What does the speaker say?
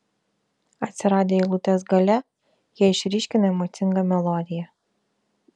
atsiradę eilutės gale jie išryškina emocingą melodiją